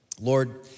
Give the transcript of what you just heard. Lord